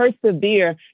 persevere